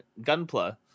gunpla